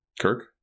kirk